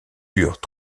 eurent